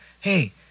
hey